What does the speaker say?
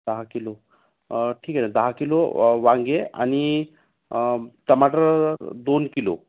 दहा किलो ठीक आहे ना दहा किलो वा वांगे आणि टमाटर दोन किलो